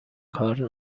کار